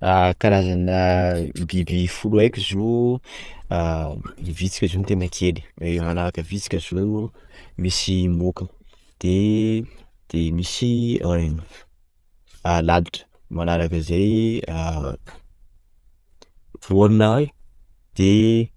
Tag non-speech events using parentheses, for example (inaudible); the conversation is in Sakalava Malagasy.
Ah! Karazana biby folo haiko zao vitsika zao tena kely, ah manaraka vitsika zio misy moka, de de misy (hesitation) lalitra, manaraka zay (hesitation) voan- de